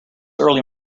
early